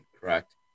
correct